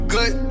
Good